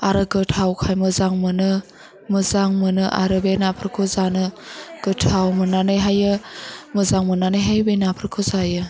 आरो गोथावखाय मोजां मोनो मोजां मोनो आरो बे नाफोरखौ जानो गोथाव मोन्नानैहायो मोजां मोन्नानैहाय बे नाफोरखौ जायो